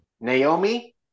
Naomi